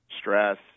stress